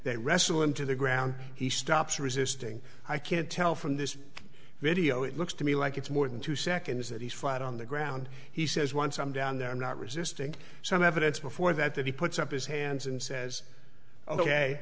they wrestle him to the ground he stops resisting i can't tell from this video it looks to me like it's more than two seconds that he's flat on the ground he says once i'm down there not resisting some evidence before that that he puts up his hands and says ok